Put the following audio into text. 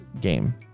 game